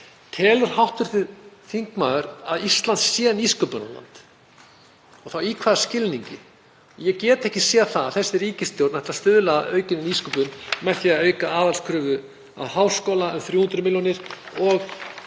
Telur hv. þingmaður að Ísland sé nýsköpunarland og þá í hvaða skilningi? Ég get ekki séð að þessi ríkisstjórn ætli að stuðla að aukinni nýsköpun með því að auka aðhaldskröfu á háskóla um 300 millj. kr. og